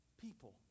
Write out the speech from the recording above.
people